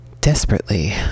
desperately